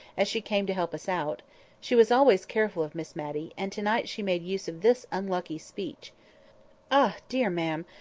as she came to help us out she was always careful of miss matty, and to-night she made use of this unlucky speech ah! dear ma'am,